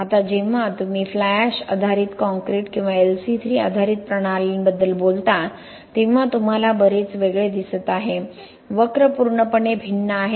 आता जेव्हा तुम्ही फ्लाय ऍश आधारित काँक्रीट किंवा LC3 आधारित प्रणालींबद्दल बोलता तेव्हा तुम्हाला बरेच वेगळे दिसत आहे वक्र पूर्णपणे भिन्न आहे